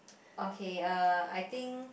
okay uh I think